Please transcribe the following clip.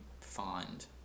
find